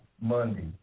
Monday